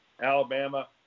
Alabama